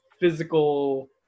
physical